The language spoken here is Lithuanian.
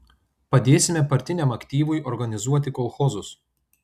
padėsime partiniam aktyvui organizuoti kolchozus